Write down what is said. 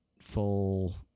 full